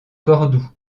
cordoue